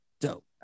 Dope